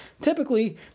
Typically